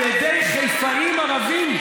על ידי חיפאים ערבים,